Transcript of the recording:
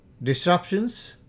Disruptions